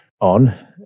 on